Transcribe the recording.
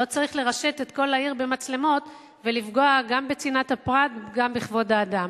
ולא צריך לרשת את כל העיר במצלמות ולפגוע גם בצנעת הפרט וגם בכבוד האדם.